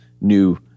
new